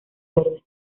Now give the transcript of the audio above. verde